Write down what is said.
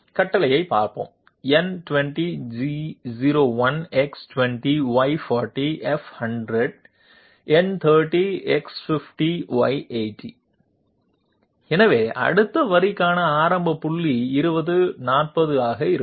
கட்டளையைப் பார்ப்போம் N20 G01 X20 Y40 F100 N30 X50 Y80 எனவே அடுத்த வரிக்கான ஆரம்ப புள்ளி 20 40 ஆக இருக்கும்